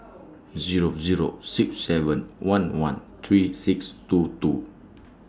Zero Zero six seven one one three six two two